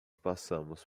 passamos